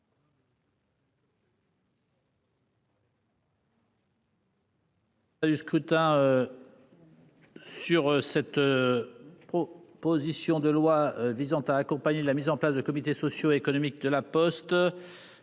l'ensemble de la proposition de loi visant à accompagner la mise en place de comités sociaux et économiques à La Poste.